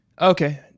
Okay